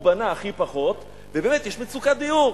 הוא בנה הכי פחות, ובאמת יש מצוקת דיור.